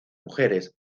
mujeres